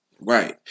right